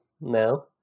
no